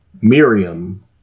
Miriam